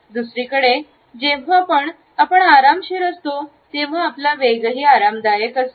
दुसरीकडे जेव्हापण आरामशीर असतो तेव्हा आपला वेगही आरामदायक होतो